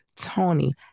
Tony